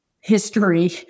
history